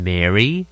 Mary